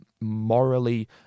morally